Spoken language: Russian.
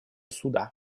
суда